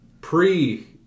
Pre